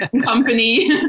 company